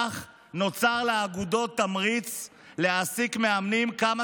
וכך נוצר לאגודות תמריץ לקחת מאמנים כמה